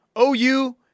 OU